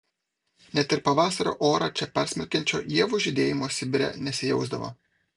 net ir pavasario orą čia persmelkiančio ievų žydėjimo sibire nesijausdavo